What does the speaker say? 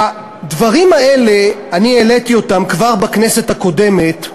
הדברים האלה, העליתי אותם כבר בכנסת הקודמת,